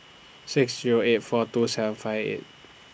six Zero eight four two seven five eight